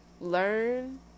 learn